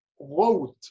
wrote